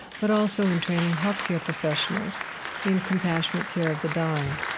but also in training health care professionals in compassionate care of the dying